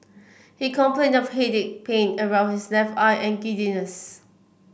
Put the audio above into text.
he complained of headache pain around his left eye and giddiness